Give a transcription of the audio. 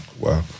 Wow